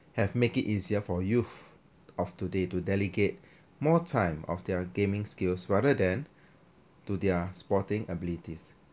have made it easier for youth of today to delegate more time of their gaming skills rather than to their sporting abilities